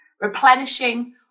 replenishing